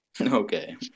Okay